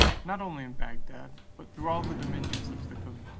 not only in bagdad, but through all the dominions of the caliph.